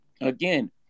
again